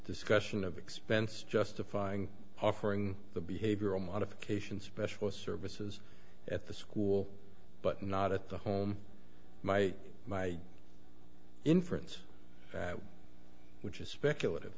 discussion of expense justifying offering the behavioral modification specialist services at the school but not at the home my my inference which is speculative